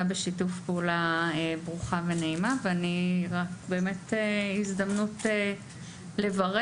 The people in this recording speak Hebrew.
בשיתוף פעולה ברוכה ונעימה וזאת באמת הזדמנות לברך.